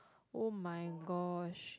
[oh]-my-gosh